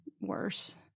worse